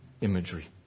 imagery